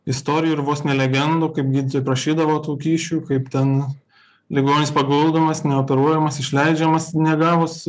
istorijų ir vos ne legendų kaip gydytojai prašydavo tų kyšių kaip ten ligonis paguldomas neoperuojamas išleidžiamas negavus